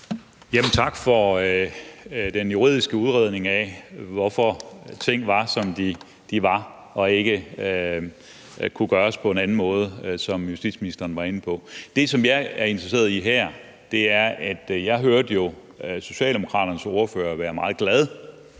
tak for den juridiske udredning af, hvorfor ting var, som de var, og ikke kunne gøres på en anden måde, som justitsministeren var inde på. Det, som jeg er interesseret i her, er, at jeg jo hørte Socialdemokraternes ordfører være meget glad